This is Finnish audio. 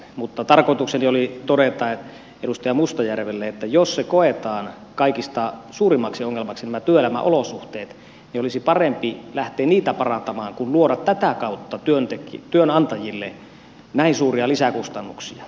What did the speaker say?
mutta tarkoitukseni oli todeta edustaja mustajärvelle että jos nämä työelämän olosuhteet koetaan kaikista suurimmaksi ongelmaksi niin olisi parempi lähteä niitä parantamaan kuin luoda tätä kautta työnantajille näin suuria lisäkustannuksia